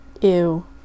ew